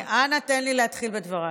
חבר הכנסת גפני, אנא תן לי להתחיל בדבריי.